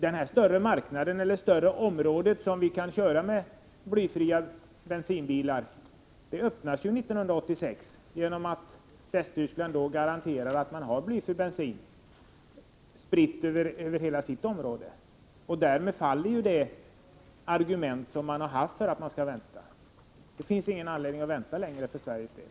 Det här stora området där vi kan köra med blyfri bensin öppnar sig ju 1986 genom att Västtyskland då garanterar att man har blyfri bensin över hela sitt område. Därmed faller det argument som har anförts för att vi skulle vänta. Det finns alltså ingen anledning att vänta längre för Sveriges del.